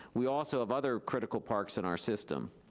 we also have other critical parks in our system.